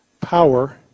power